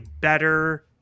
better